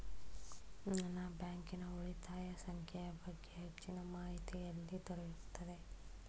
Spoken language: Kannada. ನನ್ನ ಬ್ಯಾಂಕಿನ ಉಳಿತಾಯ ಸಂಖ್ಯೆಯ ಬಗ್ಗೆ ಹೆಚ್ಚಿನ ಮಾಹಿತಿ ಎಲ್ಲಿ ದೊರೆಯುತ್ತದೆ?